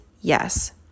Yes